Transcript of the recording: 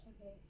Okay